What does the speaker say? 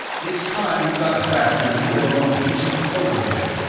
it's time you got back to live among decent folk again.